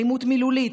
אלימות מילולית,